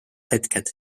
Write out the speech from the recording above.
hetked